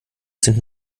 sind